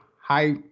hi